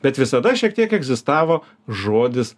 bet visada šiek tiek egzistavo žodis